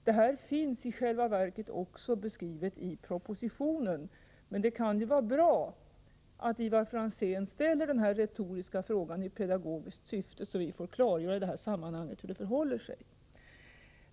Detta finns i själva verket också beskrivet i propositionen, men det kan ju vara bra att Ivar Franzén ställer denna retoriska fråga i pedagogiskt syfte, så att vi i detta sammanhang får klargöra hur det förhåller sig.